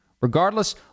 Regardless